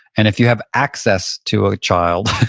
and if you have access to a child,